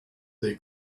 they